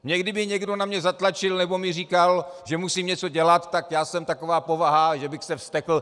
Na mě kdyby někdo zatlačil nebo mi říkal, že musím něco dělat, tak já jsem taková povaha, že bych se vztekl.